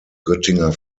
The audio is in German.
göttinger